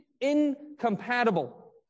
incompatible